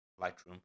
Lightroom